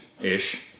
ish